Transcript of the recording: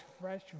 fresh